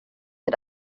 mit